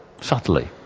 subtly